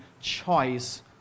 choice